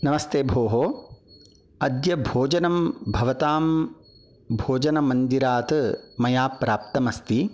नमस्ते भोः अद्य भोजनं भवतां भोजनमन्दिरात् मया प्राप्तम् अस्ति